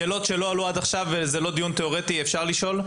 שאלות שלא עלו עד עכשיו והן לא דיון תיאורטי אפשר לשאול.